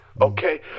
Okay